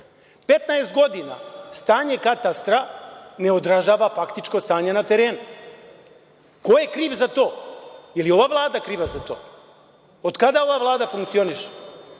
godina stanje katastra ne odražava faktičko stanje na terenu. Ko je kriv za to? Je li ova Vlada kriva za to? Od kada ova Vlada funkcioniše?